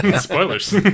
Spoilers